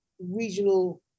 regional